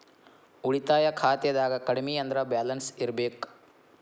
ಉಳಿತಾಯ ಖಾತೆದಾಗ ಕಡಮಿ ಅಂದ್ರ ಬ್ಯಾಲೆನ್ಸ್ ಇರ್ಬೆಕ್